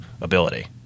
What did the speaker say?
ability